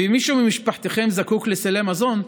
ואם מישהו ממשפחותיכם זקוק לסלי מזון,